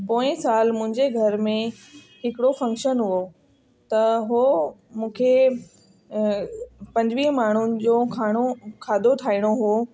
पोइ साल मुंहिंजे घर में हिकिड़ो फंक्शन हुओ त हो मूंखे पंजुवीह माण्हुनि जो खाधो खाधो ठाहिणो हुओ